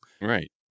Right